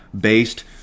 based